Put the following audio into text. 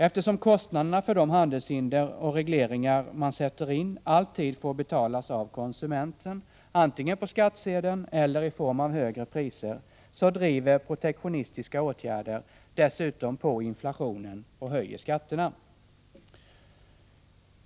Eftersom kostnaderna för de handelshinder och regleringar man sätter in alltid får betalas av konsumenten, antingen via skattsedeln eller i form av högre priser, driver protektionistiska åtgärder dessutom på inflationen och höjer skatterna.